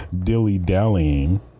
dilly-dallying